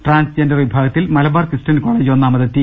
ട്രാൻസ്ജെൻ ഡർ വിഭാഗത്തിൽ Malabar Christian college ഒന്നാമതെത്തി